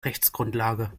rechtsgrundlage